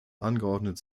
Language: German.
angeordnet